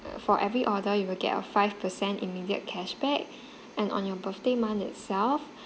for every order you will get a five percent immediate cashback and on your birthday month itself